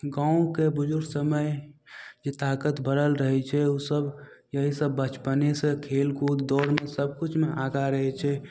गाँवके बुजुर्ग सबमे जे ताकत भरल रहय छै उसब यही सब बचपनेसँ खेल कूद दौड़ सब किछुमे आगा रहय छै